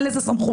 אין לזה סמכות.